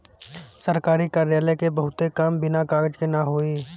सरकारी कार्यालय क बहुते काम बिना कागज के ना होई